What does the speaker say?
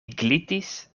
glitis